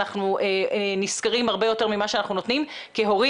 אנחנו נשכרים הרבה יותר ממה שאנחנו נותנים כהורים.